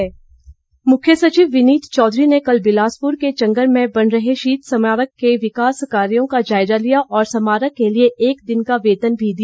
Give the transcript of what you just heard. मुख्य सचिव मुख्य सचिव विनीत चौधरी ने कल बिलासपुर के चंगर में बन रहे शहीद स्मारक के विकास कार्यों का जायजा लिया और स्मारक के लिए एक दिन का वेतन भी दिया